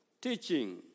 teaching